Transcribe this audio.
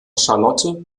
charlotte